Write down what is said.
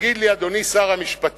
תגיד לי, אדוני שר המשפטים,